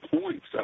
points